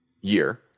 year